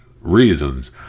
reasons